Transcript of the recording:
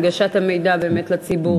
הנגשת המידע לציבור.